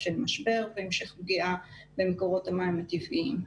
של משבר והמשך פגיעה במקורות המים הטבעיים.